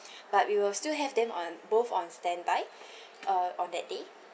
but we will still have them on both on standby uh on that day